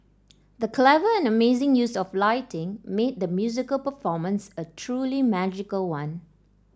the clever and amazing use of lighting made the musical performance a truly magical one